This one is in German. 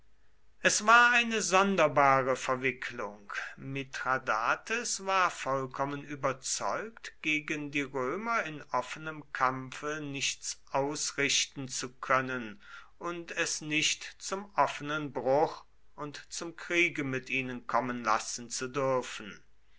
es war eine sonderbare verwicklung mithradates war vollkommen überzeugt gegen die römer in offenem kampfe nichts ausrichten zu können und es nicht zum offenen bruch und zum kriege mit ihnen kommen lassen zu dürfen